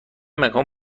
مکان